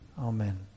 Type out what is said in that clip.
Amen